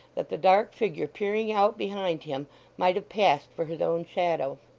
that the dark figure peering out behind him might have passed for his own shadow.